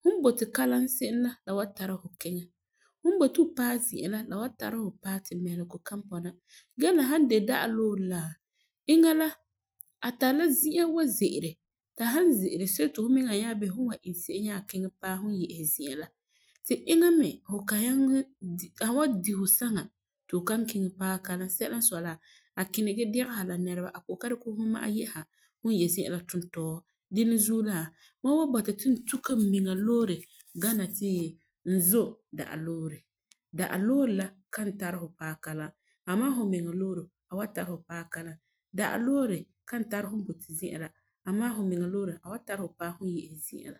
fu n boti kalam se'em la, la wan tari fu kiŋɛ fum n boti fu paɛ zi'a la, la wan tari fu paɛ ti mɛlesegɔ kan bɔna gee la san dɛna la da'a loore la, eŋa la a tari la zi'an wan ze'ele ti a san ze'ele see ti fumiŋa nyaa bisɛ fum n wan iŋɛ se'em nyaa kiŋɛ paɛ fum.